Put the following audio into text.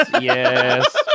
Yes